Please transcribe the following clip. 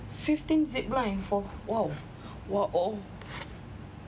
fifteen zip line for !wow!